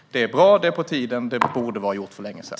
Det är bra, och det är på tiden. Det borde ha varit gjort för länge sedan.